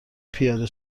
پیاده